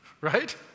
right